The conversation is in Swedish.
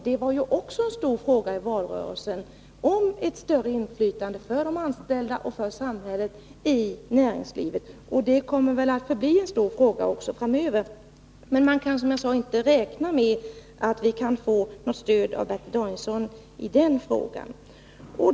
Ett större inflytande i näringslivet för de anställda och för samhället var också en stor fråga i valrörelsen, och det kommer väl att förbli en stor fråga framöver.